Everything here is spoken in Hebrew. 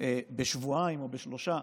בשבועיים או בשלושה,